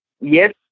Yes